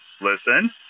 listen